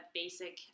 basic